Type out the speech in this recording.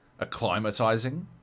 acclimatizing